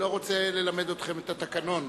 אני לא רוצה ללמד אתכם את התקנון,